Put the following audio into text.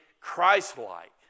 Christ-like